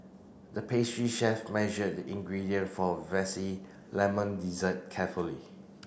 the pastry chef measured the ingredient for a lemon dessert carefully